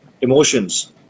emotions